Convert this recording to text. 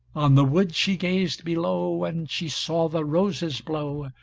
on the wood she gazed below, and she saw the roses blow,